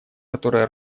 которая